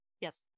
Yes